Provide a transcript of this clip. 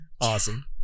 awesome